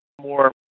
more